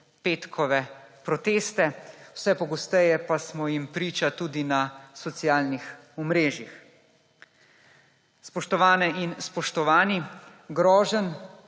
petkove proteste, vse pogosteje pa smo jim priča tudi na socialnih omrežjih. Spoštovane in spoštovani, groženj,